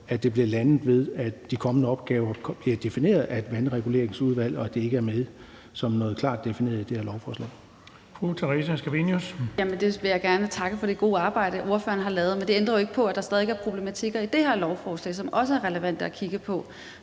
at det bliver landet ved, at de kommende opgaver bliver defineret af et vandreguleringsudvalg, og at det ikke er med som noget klart defineret i det her lovforslag.